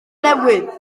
newydd